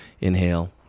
inhale